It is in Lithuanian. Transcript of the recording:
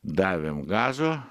davėm gazo